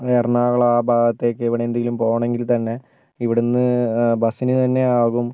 എറണാകുളം ആ ഭാഗത്തേക്ക് ഇവിടെ എന്തെങ്കിലും പോകണമെങ്കിൽ തന്നെ ഇവിടുന്ന് ബസിന് തന്നെ ആകും